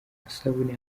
amasabune